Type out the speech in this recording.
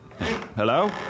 Hello